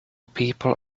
people